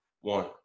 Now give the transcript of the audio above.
One